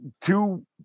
two